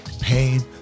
pain